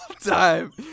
time